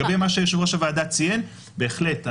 לגבי מה שיושב-ראש הוועדה ציין, בהחלט.